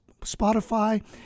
Spotify